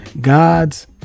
God's